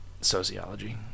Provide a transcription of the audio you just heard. Sociology